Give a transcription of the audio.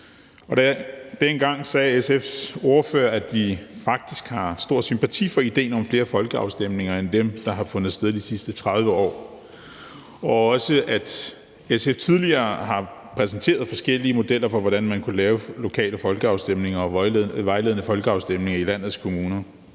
siden. Dengang sagde SF's ordfører, at vi faktisk har stor sympati for idéen om flere folkeafstemninger end dem, der har fundet sted de sidste 30 år, og også, at SF tidligere har præsenteret forskellige modeller for, hvordan man kunne lave lokale folkeafstemninger og vejledende folkeafstemninger i landets kommuner.